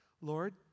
Lord